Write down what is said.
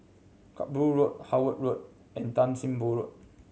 Kerbau Road Howard Road and Tan Sim Boh Road